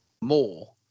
more